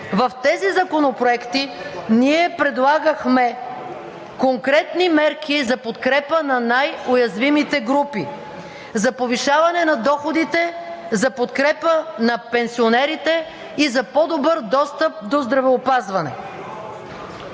В тези законопроекти ние предлагахме конкретни мерки за подкрепа на най-уязвимите групи, за повишаване на доходите за подкрепа на пенсионерите и за по-добър достъп до здравеопазване.